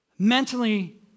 Mentally